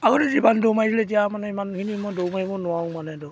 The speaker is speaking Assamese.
আগতে যিমান দৌৰ মাৰিছিলোঁ এতিয়া মানে ইমানখিনি মই দৌৰ মাৰিব নোৱাৰোঁ মানে ধৰক